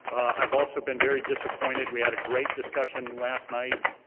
i've also been very disappointed, we had a great discussion last night,